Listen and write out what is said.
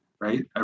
right